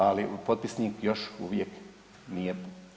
Ali potpisnik još uvijek nije.